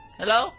hello